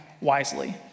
wisely